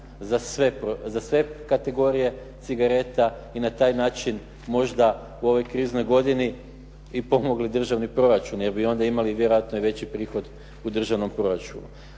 za sve kategorije cigareta i na taj način možda u ovoj kriznoj godini i pomogli državni proračun, jer bi onda imali vjerojatno i veći prihod u državnom proračunu.